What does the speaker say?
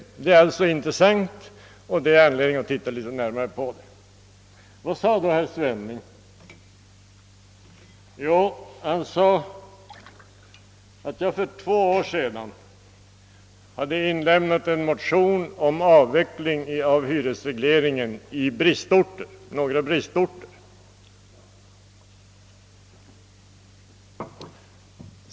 Detta exempel är alltså intressant, och det finns anledning att titta litet närmare på det. Vad sade då herr Svenning? Jo, han sade att jag för två år sedan hade väckt en motion om avveckling av hyresregleringen på några bristorter.